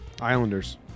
Islanders